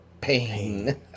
Pain